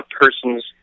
person's